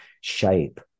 shape